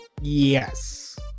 yes